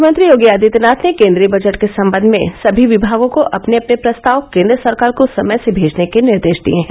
मुख्यमंत्री योगी आदित्यनाथ ने केन्द्रीय बजट के सम्बंध में सभी विभागों को अपने अपने प्रस्ताव केन्द्र सरकार को समय से भेजने के निर्देश दिए हैं